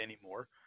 anymore